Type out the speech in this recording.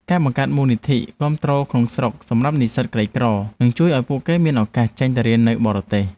ការបង្កើតមូលនិធិគាំទ្រក្នុងស្រុកសម្រាប់និស្សិតក្រីក្រនឹងជួយឱ្យពួកគេមានឱកាសចេញទៅរៀននៅបរទេស។